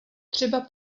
třeba